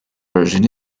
version